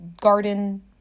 garden